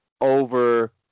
over